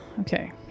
Okay